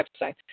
website